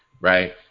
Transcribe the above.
right